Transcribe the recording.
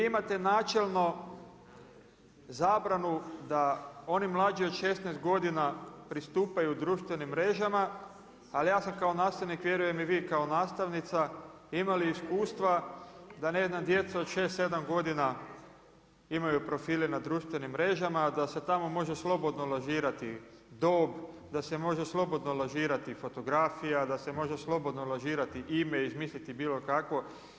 Vi imate načelno zabranu da oni mlađi od 16 godina pristupaju društvenim mrežama, ali ja sada kao nastavnik vjerujem, a i vi kao nastavnica imali iskustva da djeca od 6, 7 godina imaju profile na društvenim mrežama, a da se tamo može slobodno lažirati dob, da se može slobodno lažirati fotografija, da se može slobodno lažirati ime, izmisliti bilo kakvo.